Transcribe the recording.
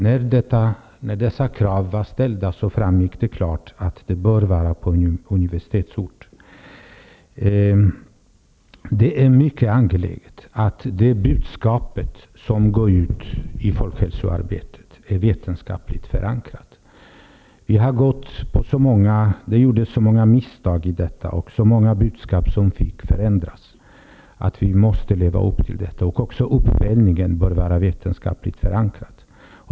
När dessa krav var ställda framgick det klart att det bör vara en universitetsort. Det är mycket angeläget att det budskap som går ut från folkhälsoarbetet är vetenskapligt förankrat. Det har gjorts så många misstag och så många budskap har måst förändras att vi nu måste leva upp till förhoppningarna. Uppföljningen måste också vara vetenskapligt förankrad.